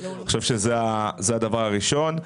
אני חושב שזה הדבר הראשון.